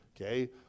okay